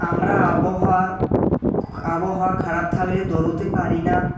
আমরা আবহাওয়া আবহাওয়া খারাপ থাকলে দৌড়তে পারি না